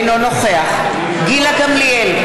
אינו נוכח גילה גמליאל,